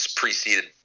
preceded